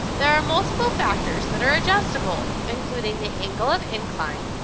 there are multiple factors that are adjustable including the angle of incline,